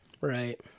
Right